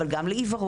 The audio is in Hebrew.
אבל גם לעיוורון,